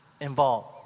Involved